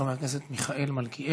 חבר הכנסת מיכאל מלכיאלי.